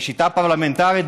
בשיטה הפרלמנטרית,